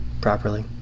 Properly